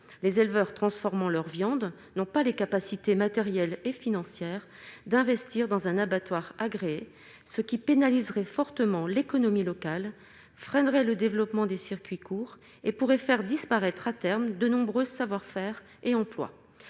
les éleveurs transformant leur viande non pas les capacités matérielles et financières d'investir dans un abattoir agréé, ce qui pénaliserait fortement l'économie locale freinerait le développement des circuits courts et pourraient faire disparaître à terme, de nombreux savoir-faire et employes,